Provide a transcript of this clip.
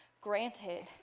granted